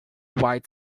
white